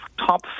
top